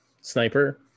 sniper